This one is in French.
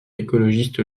écologiste